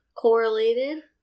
Correlated